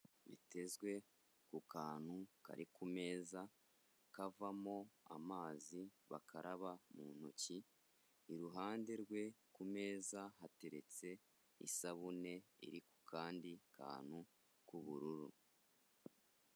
Bitezwe ku kantu kari ku meza kavamo amazi bakaraba mu ntoki, iruhande rwe ku meza hateretse isabune iri ku kandi kantu k'ubururu.